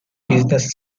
business